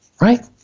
Right